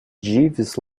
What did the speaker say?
jeeves